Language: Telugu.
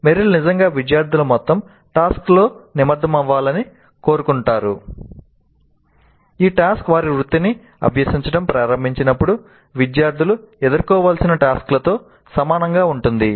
మెరిల్ నిజంగా విద్యార్థులు మొత్తం టాస్క్ తో నిమగ్నమవ్వాలని కోరుకుంటారు ఈ టాస్క్ వారి వృత్తిని అభ్యసించడం ప్రారంభించినప్పుడు విద్యార్థులు ఎదుర్కోవాల్సిన టాస్క్ లతో సమానంగా ఉంటుంది